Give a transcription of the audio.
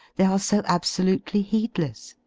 they are so absolutely heedless.